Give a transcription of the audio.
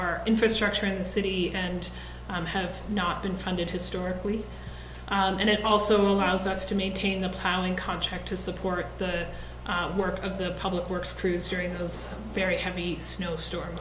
our infrastructure in the city and i'm have not been funded historically and it also allows us to maintain a pounding contract to support the work of the public works crews during those very heavy snow storm